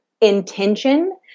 intention